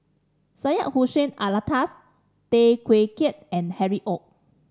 Syed Hussein Alatas Tay Teow Kiat and Harry Ord